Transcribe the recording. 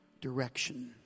direction